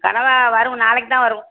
கணவாய் வரும் நாளைக்கு தான் வரும்